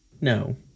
No